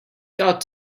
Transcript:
got